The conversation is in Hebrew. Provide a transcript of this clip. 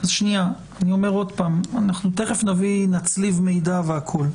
אנחנו תכף נצליב מידע והכל.